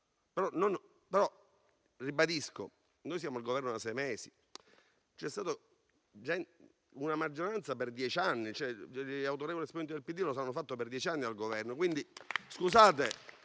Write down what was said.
che siamo al Governo da sei mesi. C'è stata una maggioranza diversa per dieci anni: gli autorevoli esponenti del PD cosa hanno fatto per dieci anni al Governo?